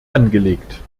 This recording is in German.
angelegt